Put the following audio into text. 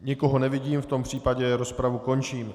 Nikoho nevidím, v tom případě rozpravu končím.